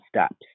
steps